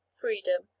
freedom